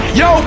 yo